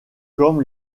comme